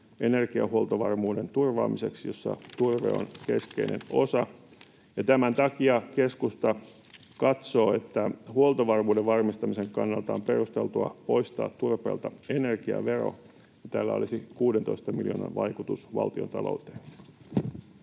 energiahuoltovarmuuden turvaamiseksi, jossa turve on keskeinen osa. Tämän takia keskusta katsoo, että huoltovarmuuden varmistamisen kannalta on perusteltua poistaa turpeelta energiavero. Tällä olisi 16 miljoonan vaikutus valtiontalouteen.